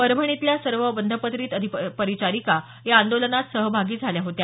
परभणीतल्या सर्व बंधपत्रित अधिपरिचारिका या आंदोलनात सहभागी झाल्या होत्या